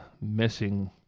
missing